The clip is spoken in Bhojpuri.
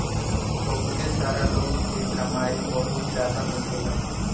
बहुते सारा लोग के कमाई बहुत जादा होखेला